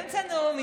אני באמצע נאום.